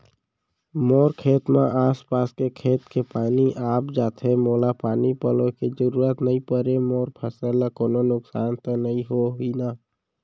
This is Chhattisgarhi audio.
मोर खेत म आसपास के खेत के पानी आप जाथे, मोला पानी पलोय के जरूरत नई परे, मोर फसल ल कोनो नुकसान त नई होही न?